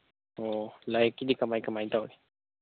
ꯑꯣ ꯂꯥꯏꯔꯤꯛꯀꯤꯗꯤ ꯀꯃꯥꯏꯅ ꯀꯃꯥꯏꯅ ꯇꯧꯔꯤ